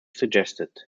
suggested